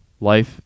life